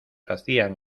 hacían